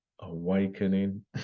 awakening